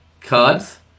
cards